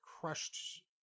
crushed